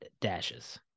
dashes